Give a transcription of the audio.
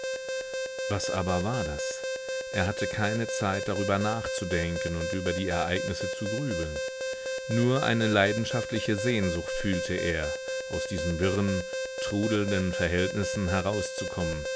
was aber war das er hatte keine zeit darüber nachzudenken und über die ereignisse zu grübeln nur eine leidenschaftliche sehnsucht fühlte er aus diesen wirren trudelnden verhältnissen herauszukommen